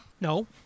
No